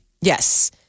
Yes